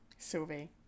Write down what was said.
Sylvie